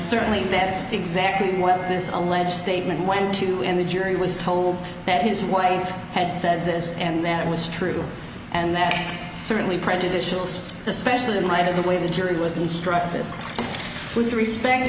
certainly that's exactly what this alleged statement went to when the jury was told that his wife had said this and that was true and that certainly prejudicial especially in light of the way the jury was instructed with respect